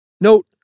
Note